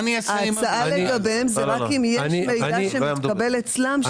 ההצעה לגביהם זה רק אם יש מידע שמתקבל אצלם,